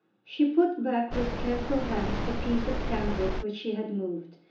she put back with careful hands the piece of cambric which she had moved,